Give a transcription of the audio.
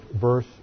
verse